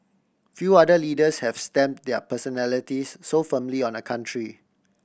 few other leaders have stamp their personalities so firmly on a country